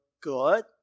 good